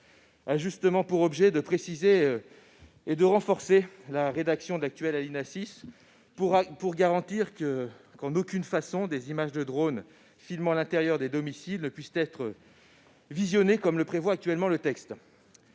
a justement pour objet de préciser et de renforcer la rédaction de l'actuel alinéa 6 pour garantir qu'en aucune façon des images de drones filmant l'intérieur des domiciles ne puissent être visionnées, comme le prévoit actuellement le texte.